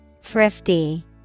thrifty